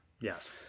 Yes